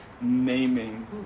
naming